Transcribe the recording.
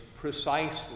precisely